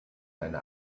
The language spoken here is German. eine